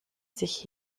sich